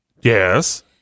Yes